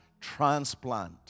transplant